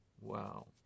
Wow